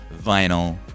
vinyl